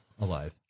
alive